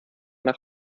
nach